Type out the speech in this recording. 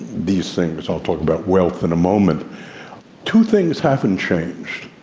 these things, i'll talk about wealth in a moment two things haven't changed.